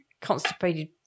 constipated